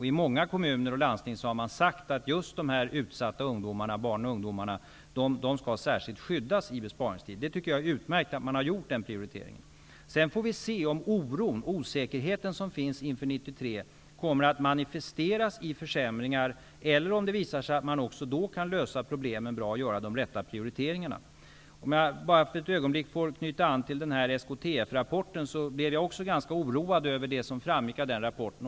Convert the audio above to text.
I många kommuner och landsting har man sagt att just de utsatta barnen och ungdomarna skall särskilt skyddas i besparingstider. Jag tycker att det är utmärkt att man har gjort den prioriteringen. Sedan får vi se om den oro och osäkerhet som finns inför 1993 kommer att manifesteras i försämringar, eller om man också då kan lösa problemen bra och göra de rätta prioriteringarna. Jag vill för ett ögonblick knyta an till SKTF rapporten. Jag blev också oroad över det som framgick av den rapporten.